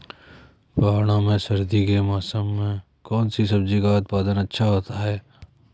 पहाड़ों में सर्दी के मौसम में कौन सी सब्जी का उत्पादन अच्छा होता है?